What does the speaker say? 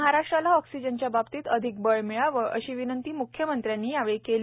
महाराष्ट्राला ऑक्सिजनच्या बाबतीत अधिक बळ मिळावं अशी विनंती मुख्यमंत्र्यांनी यावेळी केली